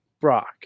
Brock